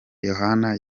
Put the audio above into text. yohana